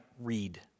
read